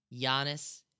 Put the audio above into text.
Giannis